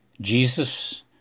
Jesus